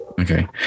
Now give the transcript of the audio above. Okay